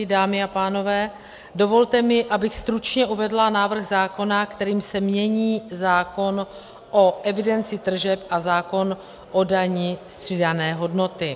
Dámy a pánové, dovolte mi, abych stručně uvedla návrh zákona, kterým se mění zákon o evidenci tržeb a zákon o dani z přidané hodnoty.